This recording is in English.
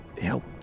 help